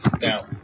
Now